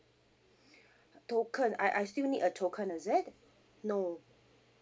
token I I still need a token is it no